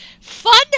Fun